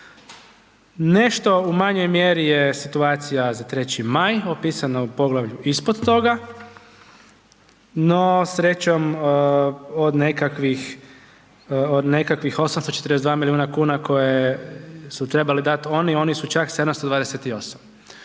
Nešto u manjoj mjeri je situacija za 3. Maj opisana u poglavlju ispod toga, no, srećom, od nekakvih 842 milijuna kuna koje su trebali dat oni, oni su čak 728.